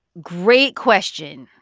great question.